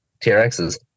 TRXs